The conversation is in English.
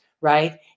right